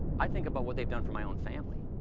i think about what they've done for my own family.